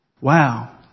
Wow